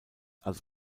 als